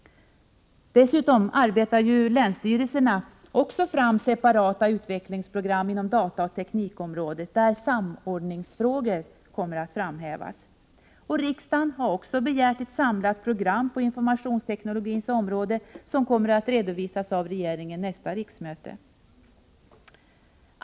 Länsstyrelserna arbetar dessutom fram separata utvecklingsprogram inom dataoch teknikområdet, där samordningsfrågor kommer att framhävas. Riksdagen har också begärt ett samlat program på informationsteknologins område som kommer att redovisas av regeringen vid nästa riksmöte.